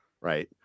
right